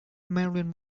marilyn